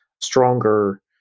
stronger